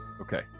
Okay